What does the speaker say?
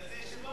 איזה ישיבה?